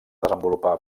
desenvolupar